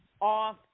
off